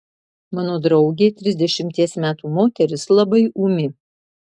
mano draugė trisdešimties metų moteris labai ūmi